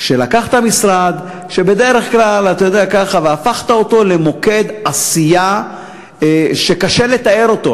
לקחת משרד והפכת אותו למוקד עשייה שקשה לתאר אותו.